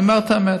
אני אומר את האמת.